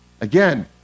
Again